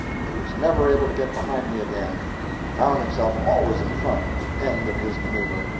he was never able to get behind me again he found himself always in front at the end of his maneuver.